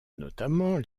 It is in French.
notamment